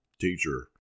teacher